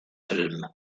film